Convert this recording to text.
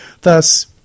thus